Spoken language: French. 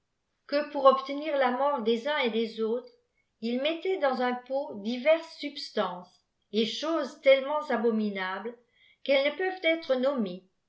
que pour obtenir la mort des uns et des autres ils mettaient dans un pot diverses substances et choses tellement abominables qu'elles ne peuvent èlre nommées